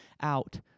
out